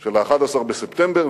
של ה-11 בספטמבר,